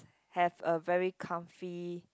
have a very comfy